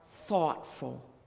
thoughtful